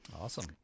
awesome